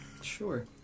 Sure